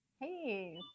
Hey